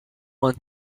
want